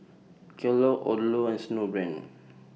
Kellogg's Odlo and Snowbrand